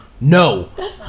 No